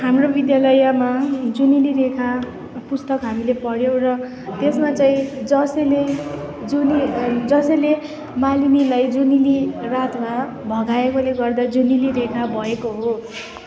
हाम्रो विद्यालयमा जुनेली रेखा पुस्तक हामीले पढ्यौँ र त्यसमा चाहिँ जसेले जुनेलीलाई जसेले मालिनीलाई जुनेली रातमा भगाएकोले गर्दा जुनेली रेखा भएको हो